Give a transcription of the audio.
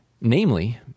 namely